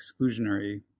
exclusionary